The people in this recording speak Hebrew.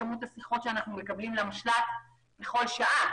כמות השיחות שאנחנו מקבלים למשל"ט בכל שעה.